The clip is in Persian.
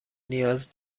نیاز